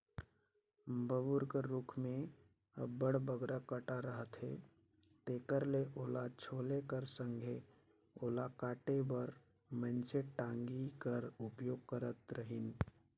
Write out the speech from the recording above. बबूर कर रूख मे अब्बड़ बगरा कटा रहथे तेकर ले ओला छोले कर संघे ओला काटे बर मइनसे टागी कर उपयोग करत रहिन